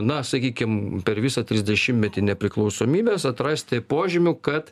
na sakykim per visą trisdešimtmetį nepriklausomybės atrasti požymių kad